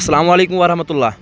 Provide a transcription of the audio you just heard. اسلام علیکُم ورحمتُہ اللہ